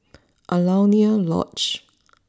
Alaunia Lodge